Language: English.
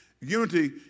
Unity